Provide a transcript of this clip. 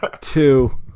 Two